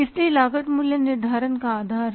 इसलिए लागत मूल्य निर्धारण का आधार है